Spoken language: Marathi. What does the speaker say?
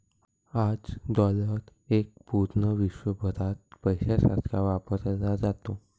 आज डॉलर एक पूर्ण विश्वभरात पैशासारखा वापरला जातो